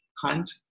hunt